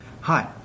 Hi